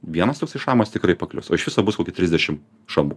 vienas toksai šamas tikrai paklius o iš viso bus koki trisdešim šamų